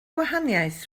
gwahaniaeth